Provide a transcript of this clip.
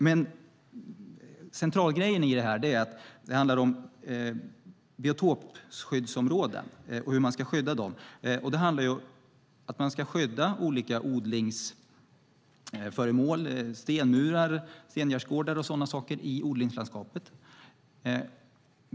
Det centrala i detta är att det handlar om hur man ska skydda biotopskyddsområden. Man ska skydda olika föremål, stengärdsgårdar och sådant, i odlingslandskapet.